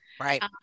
Right